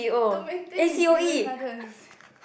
to maintain it's even harder